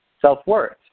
self-worth